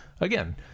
again